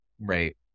Right